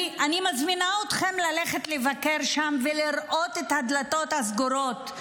אני מזמינה אתכם ללכת לבקר שם ולראות את הדלתות הסגורות,